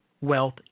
Wealth